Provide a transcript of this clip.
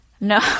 No